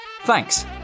Thanks